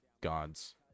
gods